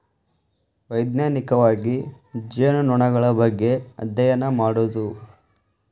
ವೈಜ್ಞಾನಿಕವಾಗಿ ಜೇನುನೊಣಗಳ ಬಗ್ಗೆ ಅದ್ಯಯನ ಮಾಡುದು